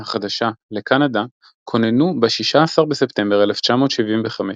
החדשה לקנדה כוננו ב-16 בספטמבר 1975,